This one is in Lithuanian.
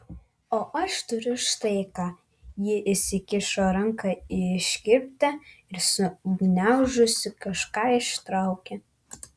o aš turiu štai ką ji įsikišo ranką į iškirptę ir sugniaužusi kažką ištraukė